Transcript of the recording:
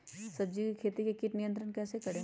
सब्जियों की खेती में कीट नियंत्रण कैसे करें?